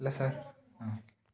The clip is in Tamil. இல்லை சார்